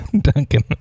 Duncan